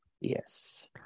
Yes